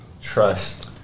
Trust